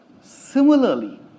similarly